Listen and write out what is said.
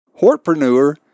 hortpreneur